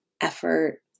effort